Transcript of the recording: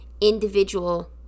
individual